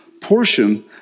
portion